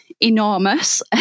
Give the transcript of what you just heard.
enormous